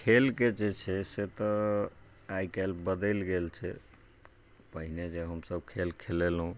खेलके जे छै से तऽ आइ काल्हि बदलि गेल छै पहिने जे हमसब खेल खेलेलहुँ